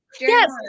yes